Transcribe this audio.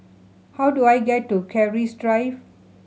how do I get to Keris Drive